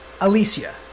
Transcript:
Alicia